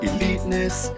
Eliteness